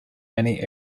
many